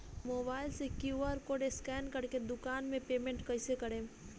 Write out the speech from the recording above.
Mobile से QR code scan कर के दुकान मे पेमेंट कईसे करेम?